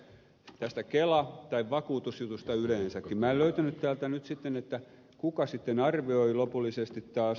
tästä kela tai vakuutusjutusta yleensäkin minä en löytänyt täältä nyt kuka sitten arvioi lopullisesti taas